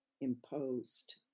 imposed